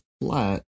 flat